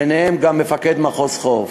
ביניהם גם מפקד מחוז חוף.